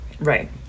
Right